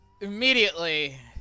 immediately